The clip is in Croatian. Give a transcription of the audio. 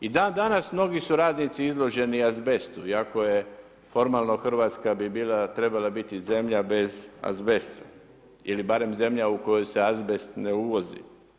I dan danas mnogi su radnici izloženi azbestu iako je formalno RH bi bila, trebala biti zemlja bez azbesta ili barem zemlja u koju se azbest ne uvozi.